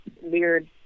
weird